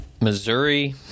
Missouri